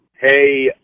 Hey